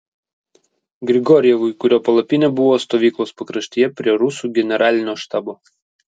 grigorjevui kurio palapinė buvo stovyklos pakraštyje prie rusų generalinio štabo